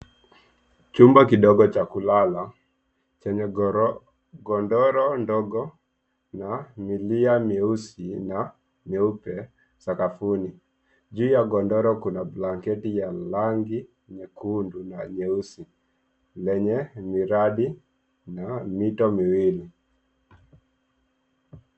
Chumba kidogo cha kulala chenye godoro ndogo na milia mieusi na mieupe sakafuni. Juu ya godoro kuna blanketi yenye rangi nyekundu na nyeusi lenye miradi na mito miwili.